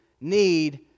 need